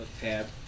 Tab